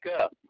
up